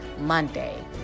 Monday